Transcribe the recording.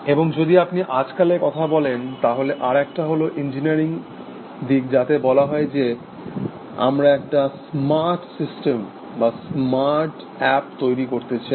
এবং যদি আপনি আজকালের কথা বলেন তাহলে আর একটা হল ইঞ্জিনিয়ারিং দিক যাতে বলা হয় যে আমরা একটা স্মার্ট সিস্টেম বা স্মার্ট অ্যাপ তৈরি করতে চাই